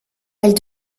elle